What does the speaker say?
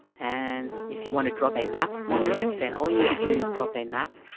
and if you want to drop a map module, then all you need to do is drop in map